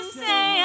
say